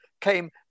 came